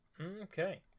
Okay